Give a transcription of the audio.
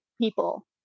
people